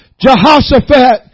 Jehoshaphat